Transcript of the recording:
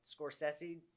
Scorsese